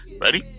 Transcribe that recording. Ready